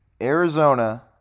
Arizona